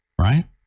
right